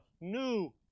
new